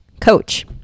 coach